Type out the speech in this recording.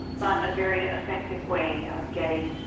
but a very effective way of getting